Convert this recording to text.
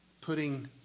putting